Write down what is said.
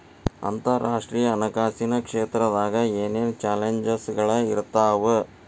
ಅಂತರರಾಷ್ಟ್ರೇಯ ಹಣಕಾಸಿನ್ ಕ್ಷೇತ್ರದಾಗ ಏನೇನ್ ಚಾಲೆಂಜಸ್ಗಳ ಇರ್ತಾವ